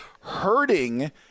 hurting